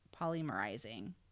polymerizing